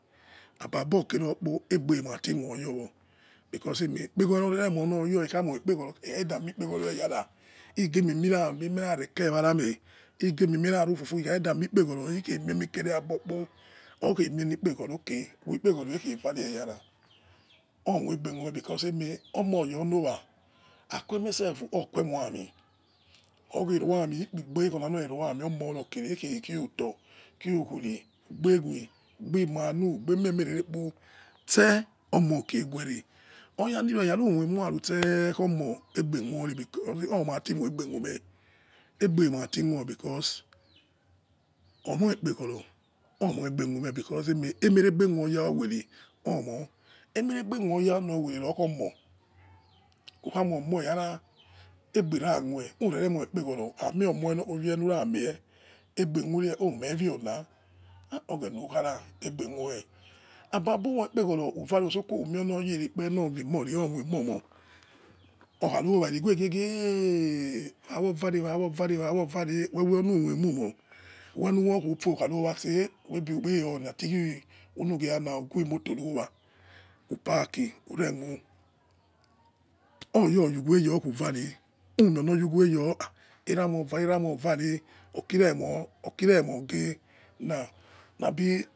Aibabo kerekpo egbe ma khuori because kheme ekpeghoro oya da moi ekpeghoro emu ghuaria eyara ighe moi emekha reke wara me ighe mie me kha rufu fume ikhagie da mie ekpeghoro ikhamie mie kere aigbokpo ighe mie ni ekpeghoro okay ghwe ekpeghoro eyeikhe vare eyara omoi ekpeghore khai eme omo kholowa aikue mie sef oikhue moi aimi, oighe ruami ikpegbe ghe khona loruamin aighe khoi oto, khuwi wiri gbegwe, gbe unalu mia muraru se egbe klume aigbe mati khue because omoikpegghoro or moi aighe khume aimie regbe khume aimie regbe khoya uwete nikho omo ukha mo eyara, umo omo ailue regbe khu oyo uwete likho omo ukha moi omo eyara imoi ye lukha mie oh. Mie yola aigbe khue ababu moi ikpeghoro useko oya rerefe kpere losaimi gbe loimo uto ko eh utewe lumou emumoi ukha yuowa say ukpeiri han a tughu ulegha arol ughe mito yowa uparki urechu oya yughue yo khu vare omwhi ghwere yo erama vare eeama vare labj lereghe khuoya.